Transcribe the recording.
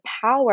power